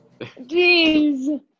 Jeez